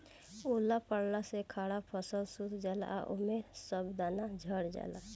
ओला पड़ला से खड़ा फसल सूत जाला आ ओमे के सब दाना झड़ जाला